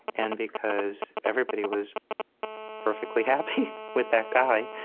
and because everybody was perfectly happy with that guy,